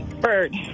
Bird